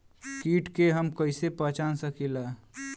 कीट के हम कईसे पहचान सकीला